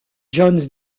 jones